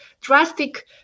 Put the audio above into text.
drastic